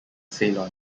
ceylon